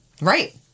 Right